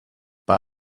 bei